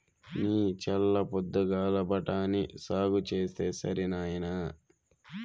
నీ చల్ల పొద్దుగాల బఠాని సాగు చేస్తే సరి నాయినా